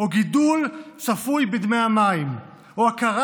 או: גידול צפוי בדמי המים, או: הכרה